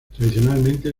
tradicionalmente